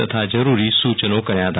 તથા જરૂરી સુચનો કર્યા હતા